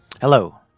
Hello